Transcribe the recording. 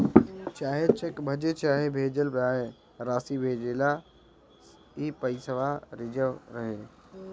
चाहे चेक भजे चाहे भेजल जाए, रासी भेजेला ई पइसवा रिजव रहे